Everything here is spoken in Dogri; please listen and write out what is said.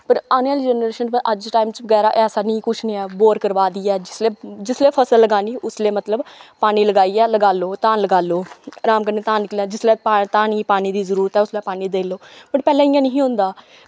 पर आने आह्ली जनरेशन पर अज दे टाइम च वगैरा ऐसा निं कुछ निं ऐ बोर करवा दी ऐ जिसलै जिसलै फसल लगानी उसलै मतलब पानी लगाइयै लगा लो धान लगा लो अराम कन्नै धान निकले जिसलै धान गी पानी दी जरूरत ऐ उसलै पानी देई लो पर पैह्लै इं'या निं ही होंदा